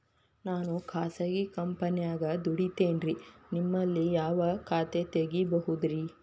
ನಾನು ಖಾಸಗಿ ಕಂಪನ್ಯಾಗ ದುಡಿತೇನ್ರಿ, ನಿಮ್ಮಲ್ಲಿ ಯಾವ ಖಾತೆ ತೆಗಿಬಹುದ್ರಿ?